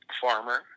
farmer